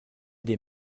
des